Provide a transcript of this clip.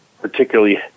particularly